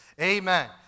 Amen